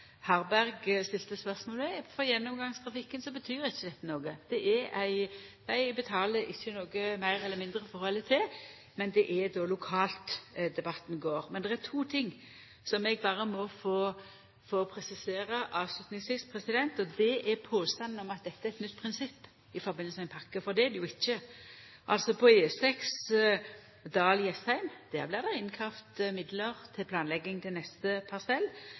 betyr ikkje dette noko for gjennomgangstrafikken. Dei betaler ikkje noko meir eller mindre, noko frå eller til, men debatten går lokalt. Det er to ting som eg berre må få presisera avslutningsvis, og det er påstanden om at dette er eit nytt prinsipp i samband med ein pakke. Det er det ikkje. På E6 Dal–Jessheim blir det kravt inn midlar til planlegging av neste parsell,